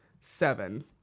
seven